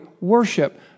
worship